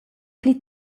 pli